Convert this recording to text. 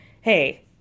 Hey